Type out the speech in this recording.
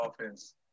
offense